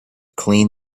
clean